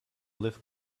liv